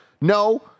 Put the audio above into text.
No